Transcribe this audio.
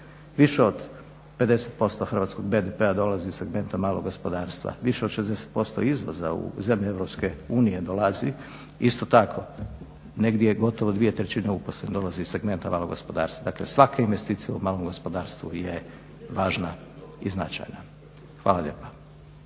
Više od 50% hrvatskog BDP-a dolazi iz segmenta malog gospodarstva, više od 60% izvoza u zemlje EU dolazi. Isto tako negdje je gotovo 2/3 uposlenih dolazi iz segmenta malog gospodarstva. Dakle svake investicije u malom gospodarstvu je važna i značajna. Hvala lijepa.